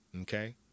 okay